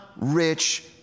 rich